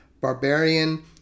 barbarian